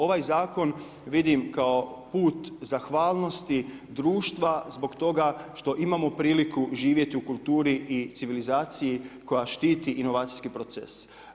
Ovaj zakon vidim kao put zahvalnosti društva zbog toga što imamo priliku živjeti u kulturi i civilizaciji koja štiti inovacijski proces.